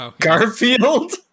Garfield